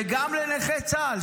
וגם לנכי צה"ל,